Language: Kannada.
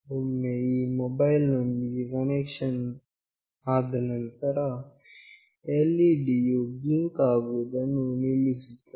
ಒಮ್ಮೆ ಈ ಮೊಬೈಲ್ ನೊಂದಿಗೆ ಕನೆಕ್ಷನ್ ವು ಆದ ನಂತರ LED ಯು ಬ್ಲಿಂಕ್ ಆಗುವುದನ್ನು ನಿಲ್ಲಿಸುತ್ತದೆ